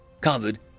covered